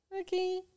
Okay